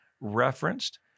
referenced